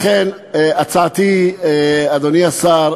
לכן הצעתי, אדוני השר,